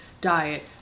diet